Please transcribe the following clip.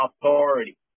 authority